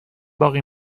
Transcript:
باقی